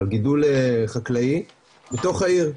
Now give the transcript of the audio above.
על גידול חקלאי, בתוך העיר.